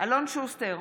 אלון שוסטר,